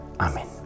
Amen